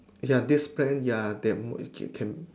ya this brand ya